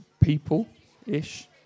people-ish